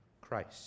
Christ